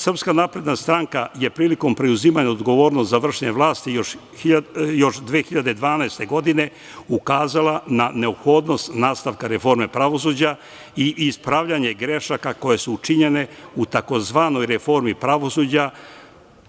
Srpska napredna stranka je prilikom preuzimanja odgovornosti za vršenje vlasti još 2012. godine ukazala na neophodnost nastavka reforme pravosuđa i ispravljanje grešaka koje su učinjene u tzv. reformi pravosuđa,